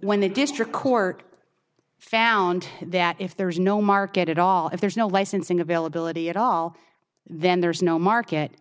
when the district court found that if there is no market at all if there is no licensing availability at all then there is no market